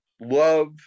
love